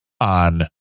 on